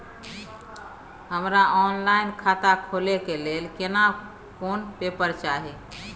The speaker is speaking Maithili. हमरा ऑनलाइन खाता खोले के लेल केना कोन पेपर चाही?